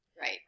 Right